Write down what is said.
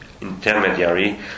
intermediary